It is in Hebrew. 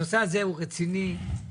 הנושא הזה הוא רציני באמת.